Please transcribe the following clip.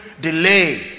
delay